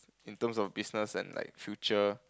in terms of business and like future